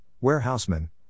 warehouseman